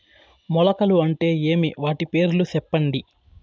మొలకలు అంటే ఏమి? వాటి పేర్లు సెప్పండి?